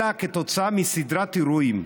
אלא כתוצאה מסדרת אירועים.